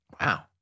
Wow